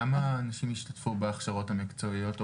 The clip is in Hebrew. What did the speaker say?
כמה אנשים השתתפו בהכשרות המקצועיות?